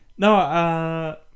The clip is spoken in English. No